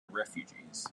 refugees